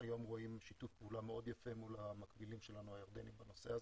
היום רואים שיתוף פעולה מאוד יפה מול המקבילים שלנו הירדנים בנושא הזה.